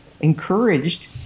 encouraged